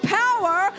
power